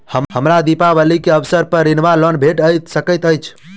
हमरा दिपावली केँ अवसर पर ऋण वा लोन भेट सकैत अछि?